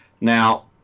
Now